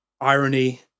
irony